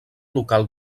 local